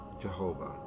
Jehovah